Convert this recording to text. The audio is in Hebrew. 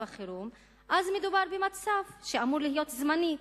מדובר במצב שאמור להיות זמני,